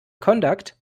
conduct